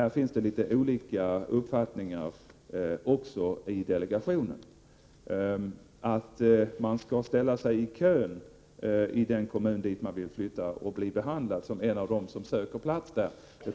Här finns olika uppfattningar också i delegationen. Men jag tror att vi alla är överens om att man skall ha rätt att ställa sig i kön i den kommun dit man vill flytta och bli behandlad som en av dem som söker plats där.